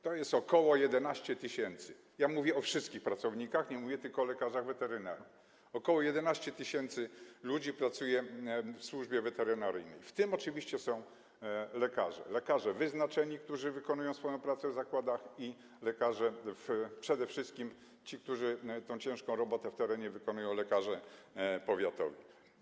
To jest ok. 11 tys. osób, mówię o wszystkich pracownikach, nie mówię tylko o lekarzach weterynarii, ok. 11 tys. osób pracuje w służbie weterynaryjnej, w tym oczywiście są lekarze - lekarze wyznaczeni, którzy wykonują swoją pracę w zakładach, i przede wszystkim ci lekarze, którzy tę ciężką robotę w terenie wykonują, lekarze powiatowi.